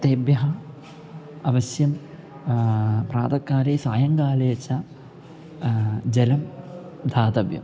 तेभ्यः अवश्यं प्रातःकाले सायङ्काले च जलं दातव्यम्